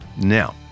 Now